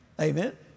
Amen